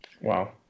Wow